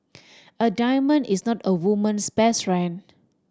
a diamond is not a woman's best friend